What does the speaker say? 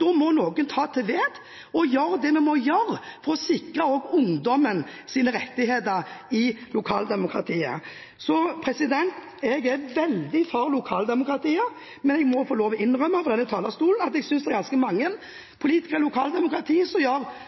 da må noen ta til vettet og gjøre det vi må gjøre for å sikre også ungdommens rettigheter i lokaldemokratiet. Så jeg er veldig for lokaldemokratiet, men jeg må få lov til å innrømme fra denne talerstolen at jeg synes det er ganske mange politikere i lokaldemokratiet som gjør